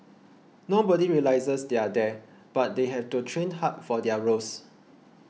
nobody realises they're there but they have to train hard for their roles